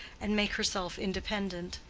and make herself independent.